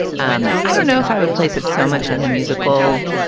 um i don't know if i would place it so much in the musical.